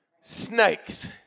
Snakes